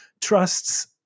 trusts